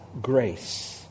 grace